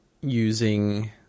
using